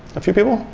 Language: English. a few people?